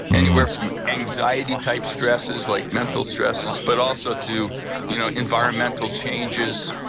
anywhere from anxiety type stresses, like mental stresses, but also to you know environmental changes,